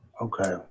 Okay